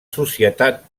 societat